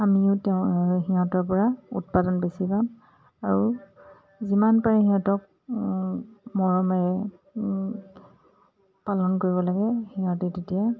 আমিও তেওঁ সিহঁতৰ পৰা উৎপাদন বেছি পাম আৰু যিমান পাৰি সিহঁতক মৰমেৰে পালন কৰিব লাগে সিহঁতে তেতিয়া